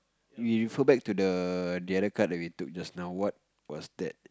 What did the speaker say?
you refer back to the the other card that we took just now what was that